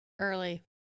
early